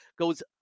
goes